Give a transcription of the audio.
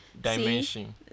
dimension